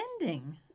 ending